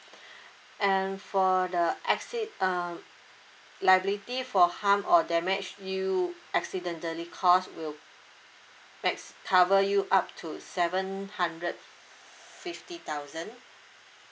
and for the acci~ um liability for harm or damage you accidentally cause will max cover you up to seven hundred fifty thousand